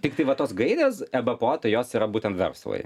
tiktai va tos gairės ebpo tai jos yra būtent verslui